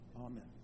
Amen